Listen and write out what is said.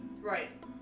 right